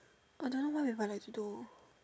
another one if I like to do